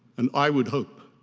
and i would hope